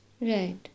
Right